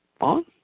on